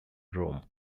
rome